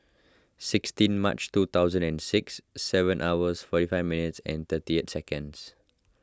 sixteen March two thousand and six seven hours forty five minutes and thirty eight seconds